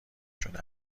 شده